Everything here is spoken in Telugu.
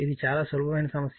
ఇది చాలా సులభమైన సమస్య